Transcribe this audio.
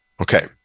Okay